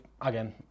again